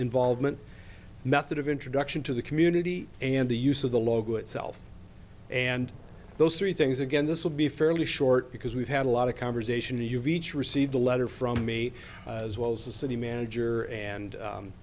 involvement method of introduction to the community and the use of the logo itself and those three things again this will be fairly short because we've had a lot of conversation that you've each received a letter from me as well as the city manager and